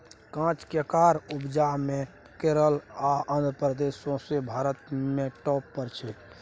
काँच केराक उपजा मे केरल आ आंध्र प्रदेश सौंसे भारत मे टाँप पर छै